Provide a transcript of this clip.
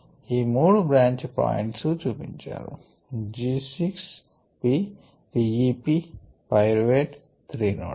ఈ మూడు branch points చూపించారు G 6 P P E P పైరువేట్ 3 నోడ్స్